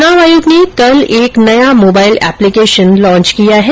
चुनाव आयोग ने कल एक नया मोबाईल एप्लिकेशन लॉच किया है